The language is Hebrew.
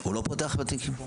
הוא לא פותח תיקים.